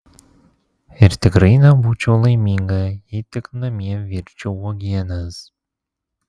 ir tikrai nebūčiau laiminga jei tik namie virčiau uogienes